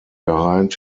behind